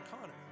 Connor